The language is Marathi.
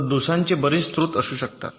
तर दोषांचे बरेच स्त्रोत असू शकतात